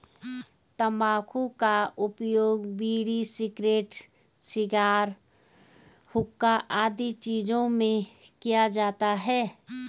तंबाकू का उपयोग बीड़ी, सिगरेट, शिगार, हुक्का आदि चीजों में किया जाता है